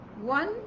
one